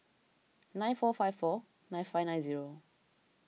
nine four five four nine five nine zero